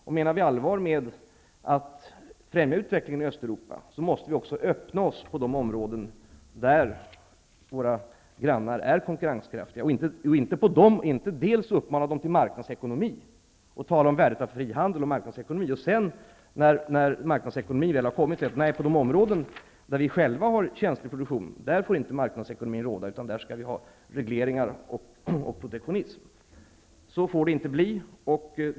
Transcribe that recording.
Om vi menar allvar med att främja utvecklingen i Östeuropa måste vi också öppna oss på de områden där våra grannar är konkurrenskraftiga. Vi skall inte uppmana dem till marknadsekonomi och tala om värdet av fri handel och sedan när marknadsekonomin väl är uppnådd säga att på de områden där vi själva har känslig produktion får marknadsekonomin inte råda, utan där skall vi ha regleringar och protektionism. Så får det inte bli.